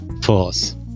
force